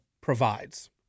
provides